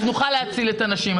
אז נוכל להציל את הנשים.